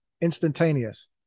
instantaneous